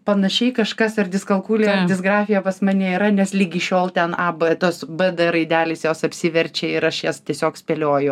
panašiai kažkas ar diskalkulija ar disgrafija pas mane yra nes ligi šiol ten a b tos b d raidelės jos apsiverčia ir aš jas tiesiog spėlioju